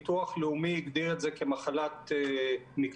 הביטוח הלאומי הגדיר את זה כמחלת מקצוע,